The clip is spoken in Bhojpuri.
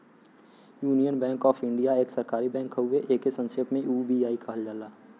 यूनियन बैंक ऑफ़ इंडिया एक सरकारी बैंक हउवे एके संक्षेप में यू.बी.आई कहल जाला